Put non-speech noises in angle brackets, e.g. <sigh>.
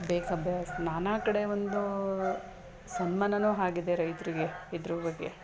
<unintelligible> ನಾನಾ ಕಡೆ ಒಂದು ಸನ್ಮಾನನು ಹಾಗಿದೆ ರೈತರಿಗೆ ಇದ್ರ ಬಗ್ಗೆ